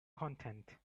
content